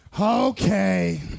okay